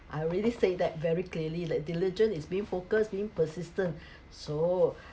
I already said that very clearly like diligent is being focus being persistent so